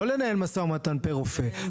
לא לנהל משא ומתן פר רופא,